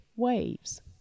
waves